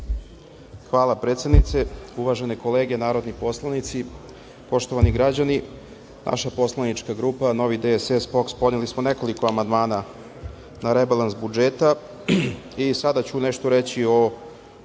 Hvala, predsednice uvažene kolege narodni poslanici, poštovani građani. Naša poslanička grupa Novi DSS – POKS podneli smo po nekoliko amandmana na rebalans budžeta i sada ću nešto reći o